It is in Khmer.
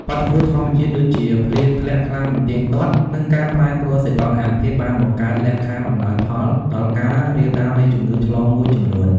បាតុភូតធម្មជាតិដូចជា ភ្លៀងធ្លាក់ខ្លាំងមិនទៀងទាត់ និងការប្រែប្រួលសីតុណ្ហភាព បានបង្កើតលក្ខខណ្ឌអំណោយផលដល់ការរាលដាលនៃជំងឺឆ្លងមួយចំនួន។